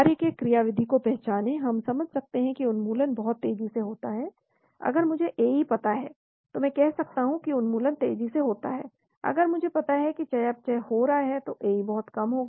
कार्य के क्रियाविधि को पहचानें हम समझ सकते हैं कि उन्मूलन बहुत तेजी से होता है अगर मुझे AE पता है तो मैं कह सकता हूं कि उन्मूलन तेजी से होता है अगर मुझे पता है कि चयापचय हो रहा है तो AE बहुत कम होगा